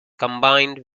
combined